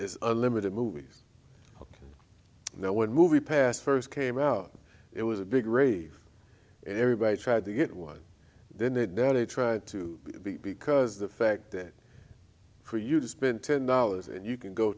is unlimited movies and no one movie past first came out it was a big rave and everybody tried to get one then they doubt it tried to be because the fact that for you to spend ten dollars and you can go